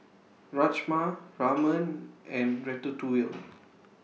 Rajma Ramen and Ratatouille